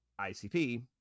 ICP